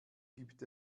gibt